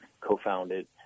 co-founded